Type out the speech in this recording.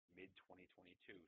mid-2022